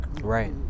Right